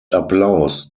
applaus